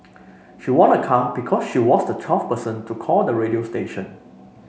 she won a car because she was the twelfth person to call the radio station